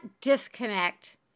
disconnect